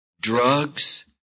drugs